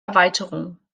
erweiterung